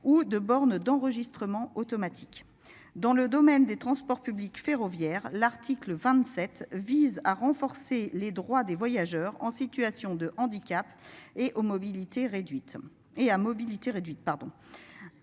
Ou de bornes d'enregistrement automatique dans le domaine des transports publics ferroviaires. L'article 27 visent à renforcer les droits des voyageurs en situation de handicap et aux mobilité réduite